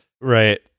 Right